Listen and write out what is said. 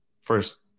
First